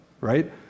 right